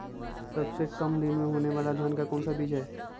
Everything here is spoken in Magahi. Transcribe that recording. सबसे काम दिन होने वाला धान का कौन सा बीज हैँ?